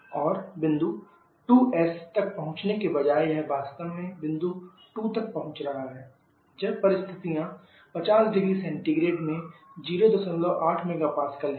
और बिंदु 2s तक पहुंचने के बजाय यह वास्तव में बिंदु 2 तक पहुंच रहा है जब परिस्थितियां 50℃ में 08 MPa हैं